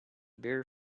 bare